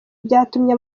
byatumye